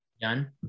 Done